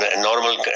normal